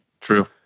True